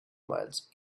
miles